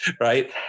right